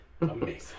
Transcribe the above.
Amazing